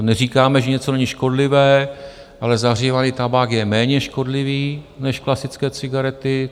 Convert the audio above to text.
Neříkáme, že něco není škodlivé, ale zahřívaný tabák je méně škodlivý než klasické cigarety.